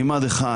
ממד אחד,